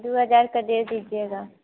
दो हज़ार का दे दीजिएगा